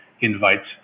invites